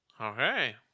Okay